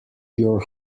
your